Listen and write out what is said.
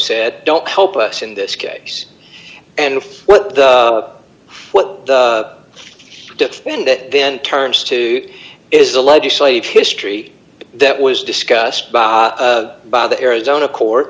said don't help us in this case and what the what the defendant then turns to is the legislative history that was discussed by the arizona co